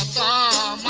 da